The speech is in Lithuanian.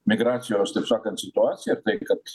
migracijos taip sakant situacija ir tai kad